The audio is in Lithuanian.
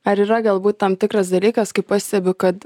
ar yra galbūt tam tikras dalykas kaip pastebiu kad